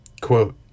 Quote